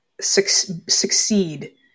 succeed